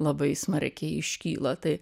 labai smarkiai iškyla tai